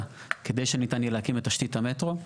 כדי שניתן יהיה להקים את התשתית המטרו,